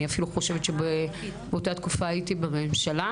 אני אפילו חושבת שבאותה תקופה הייתי בממשלה.